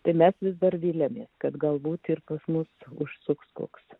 tuomet vis dar viliamės kad galbūt ir pas mus užsuks